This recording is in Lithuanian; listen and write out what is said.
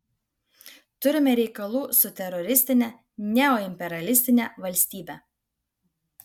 turime reikalų su teroristine neoimperialistine valstybe